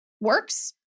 works